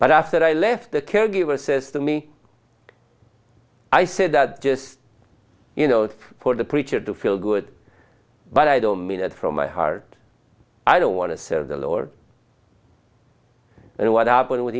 but after i left the care giver says to me i said that just for the preacher to feel good but i don't mean that from my heart i don't want to serve the lord and what happened with